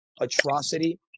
atrocity